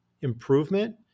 improvement